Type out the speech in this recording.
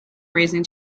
raising